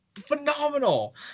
phenomenal